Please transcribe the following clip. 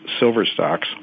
SilverStocks